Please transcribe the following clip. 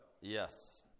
Yes